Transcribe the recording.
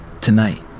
Tonight